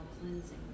cleansing